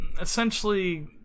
essentially